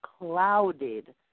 clouded